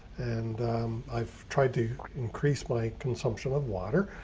and i've tried to increase my consumption of water.